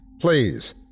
please